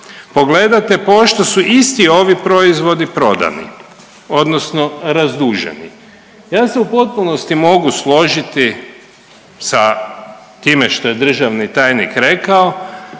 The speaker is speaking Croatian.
pogledate pošto su isti ovi proizvodi prodani odnosno razduženi. Ja se u potpunosti mogu složiti sa time što je državni tajnik rekao